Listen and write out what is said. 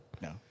No